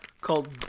called